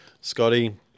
Scotty